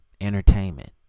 entertainment